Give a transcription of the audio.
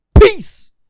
peace